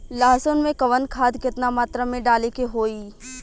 लहसुन में कवन खाद केतना मात्रा में डाले के होई?